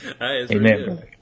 Amen